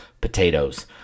potatoes